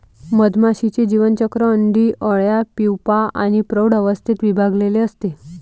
मधमाशीचे जीवनचक्र अंडी, अळ्या, प्यूपा आणि प्रौढ अवस्थेत विभागलेले असते